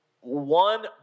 one